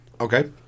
Okay